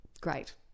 great